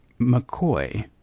McCoy